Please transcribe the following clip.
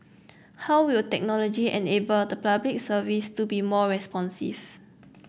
how will technology enable the Public Services to be more responsive